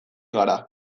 gara